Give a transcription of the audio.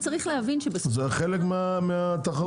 זה חלק מהתחרות.